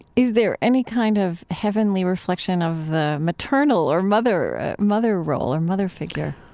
is there any kind of heavenly reflection of the maternal or mother mother role or mother figure?